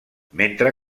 mentre